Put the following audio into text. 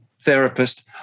therapist